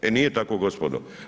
E nije tako gospodo.